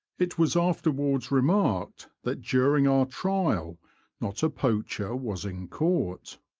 it was afterwards remarked that during our trial not a poacher was in court.